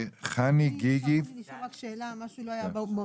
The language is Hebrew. יש לי רק שאלה, משהו לא היה ברור.